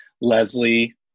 Leslie